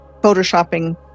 photoshopping